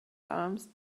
arms